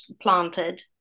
planted